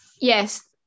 Yes